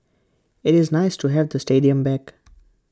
IT is nice to have the stadium back